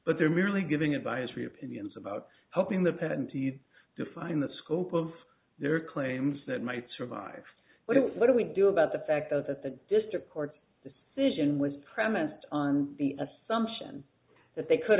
but they're merely giving advisory opinions about helping the patentee define the scope of their claims that might survive but what do we do about the fact that the district court's decision was premised on the assumption that they could